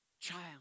child